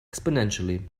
exponentially